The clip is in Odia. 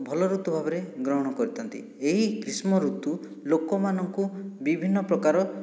ଭଲ ଋତୁ ଭାବରେ ଗ୍ରହଣ କରିଥାନ୍ତି ଏହି ଗ୍ରୀଷ୍ମ ଋତୁ ଲୋକମାନଙ୍କୁ ବିଭିନ୍ନ ପ୍ରକାର